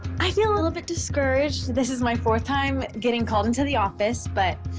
i feel a little bit discouraged. this is my fourth time getting called into the office. but,